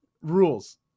rules